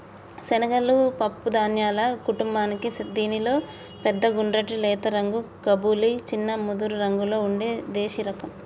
శనగలు పప్పు ధాన్యాల కుటుంబానికీ దీనిలో పెద్ద గుండ్రటి లేత రంగు కబూలి, చిన్న ముదురురంగులో ఉండే దేశిరకం